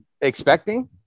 expecting